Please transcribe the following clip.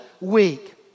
Week